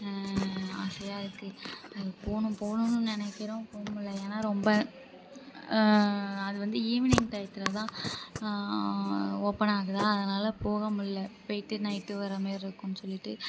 ஆசையாக இருக்குது போகணு போகணுன்னு நினைக்கிறோம் போக முடியல ஏன்னா ரொம்ப அது வந்து ஈவினிங் டையத்தில் தான் ஓபன் ஆகுதா அதனால போக முடியல போயிட்டு நைட்டு வர மாதிரி இருக்கும் சொல்லிட்டு